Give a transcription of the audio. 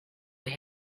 they